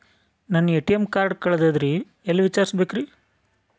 ನನ್ನ ATM card ಕಳದದ್ರಿ ಎಲ್ಲಿ ವಿಚಾರಿಸ್ಬೇಕ್ರಿ?